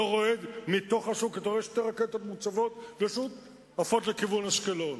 אתה רואה מתוך השוק שתי רקטות מוצבות ופשוט עפות לכיוון אשקלון.